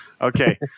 Okay